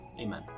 Amen